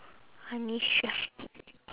honey sure